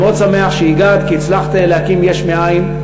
ואני מאוד שמח שהגעת, כי הצלחת להקים יש מאין,